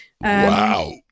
Wow